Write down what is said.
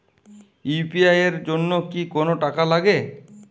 UPI এর জন্য কি কোনো টাকা লাগে?